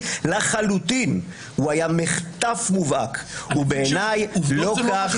הוא היה מחטף מובהק, ובעיניי לא כך